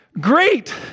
great